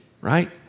right